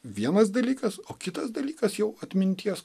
vienas dalykas o kitas dalykas jau atminties